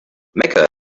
mecca